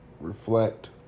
reflect